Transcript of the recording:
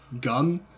gun